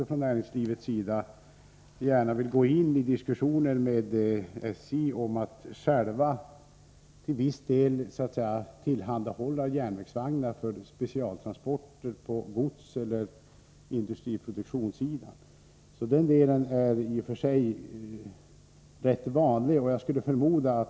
Från näringslivets sida deltar man gärna i diskussioner med SJ som går ut på att näringslivet i viss utsträckning så att säga får tillhandahålla järnvägsvagnar att användas för specialtransporter på godseller industriproduktionssidan. Det förekommer rätt ofta.